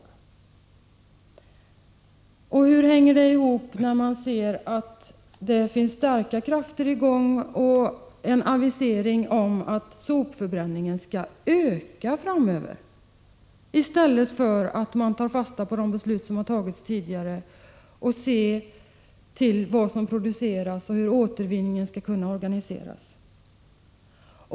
Om så inte är fallet, hur hänger det ihop med det faktum att det finns starka krafter som verkar för och en avisering om att sopförbränningen skall öka framöver i stället för att man tar fasta på de tidigare besluten om att se till vad som produceras och hur återvinningen skall kunna organiseras?